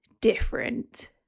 different